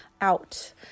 out